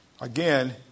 Again